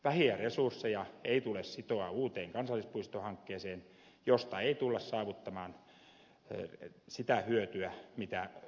vähiä resursseja ei tule sitoa uuteen kansallispuistohankkeeseen josta ei tulla saavuttamaan sitä hyötyä mitä odotetaan